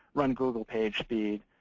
run google pagespeed.